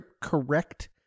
correct